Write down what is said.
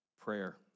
prayer